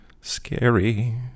scary